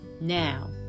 Now